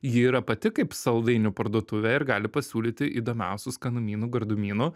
ji yra pati kaip saldainių parduotuvė ir gali pasiūlyti įdomiausių skanumynų gardumynų